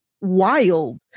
wild